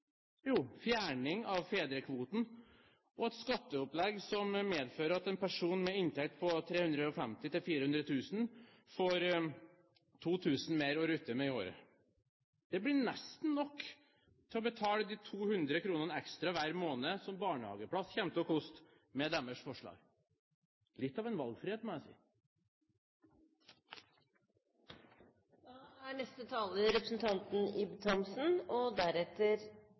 Jo, fjerning av fedrekvoten og et skatteopplegg som medfører at en person med inntekt på 350 000–400 000 kr får 2 000 kr mer å rutte med i året. Det blir nesten nok til å betale de 200 kronene ekstra hver måned som barnehageplass kommer til å koste med deres forslag – litt av en valgfrihet, må jeg si.